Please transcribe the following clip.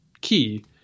key